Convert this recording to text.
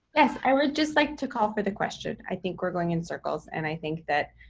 yes, i would just like to call for the question. i think we're going in circles. and i think that